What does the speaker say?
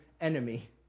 enemy